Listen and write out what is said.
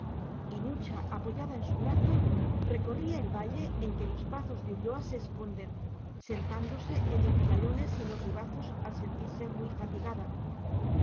y nucha apoyada en su brazo recorría el valle en que los pazos de ulloa se esconden sentándose en los murallones y en los ribazos al sentirse muy fatigada